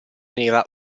nera